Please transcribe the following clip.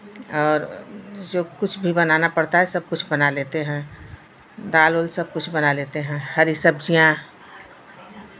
और जो कुछ भी बनाना पड़ता है सब कुछ बना लेते हैं दाल उल सब कुछ बना लेते हैं हरी सब्जियाँ